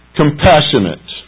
compassionate